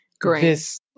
great